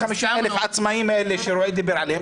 350,000 עצמאים שרועי דיבר עליהם,